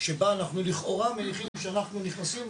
שבה אנחנו לכאורה מניחים שאנחנו נכנסים